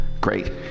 great